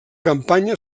campanya